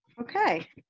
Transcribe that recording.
okay